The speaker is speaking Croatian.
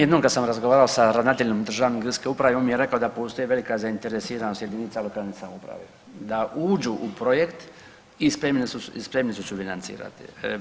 Jednom kada sam razgovarao sa ravnateljem Državne geodetske uprave on mi je rekao da postoji velika zainteresiranost jedinica lokalne samouprave, da uđu u projekt i spremni su sufinancirati.